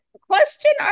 question